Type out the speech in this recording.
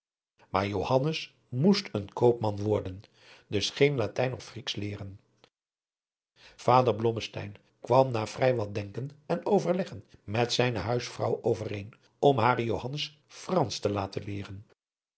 maar johannes moest een koopman worden dus geen latijn of grieksch leeren vader blommesteyn kwam na vrij wat denken en overleggen met zijne huisvrouw overeen om haren johannes fransch te laten leeren